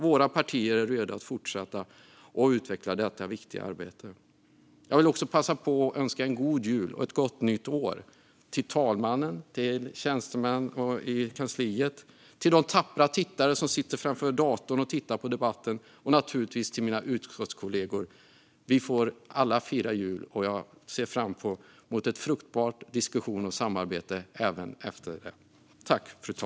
Våra partier är redo att fortsätta utveckla detta viktiga arbete. Jag vill också passa på att önska en god jul och ett gott nytt år till talman, tjänstemän och kansli, liksom till de tappra tittare som sitter framför datorn och tittar på debatten - och naturligtvis till mina utskottskollegor. Vi får nu alla fira jul, och jag ser fram emot bra diskussioner och ett fruktbart samarbete även efter det.